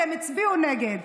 כי הם הצביעו נגד.